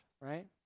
right